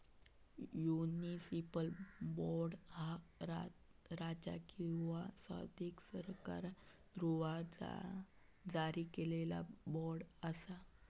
municipal bond, ह्या राज्य किंवा स्थानिक सरकाराद्वारा जारी केलेला बॉण्ड असा